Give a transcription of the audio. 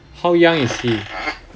how young is he